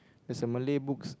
there's a Malay books